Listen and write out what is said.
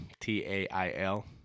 T-A-I-L